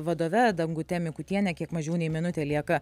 vadove dangute mikutiene kiek mažiau nei minutė lieka